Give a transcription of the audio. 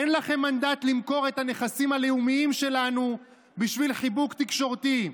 אין לכם מנדט למכור את הנכסים הלאומיים שלנו בשביל חיבוק תקשורתי.